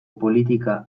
politika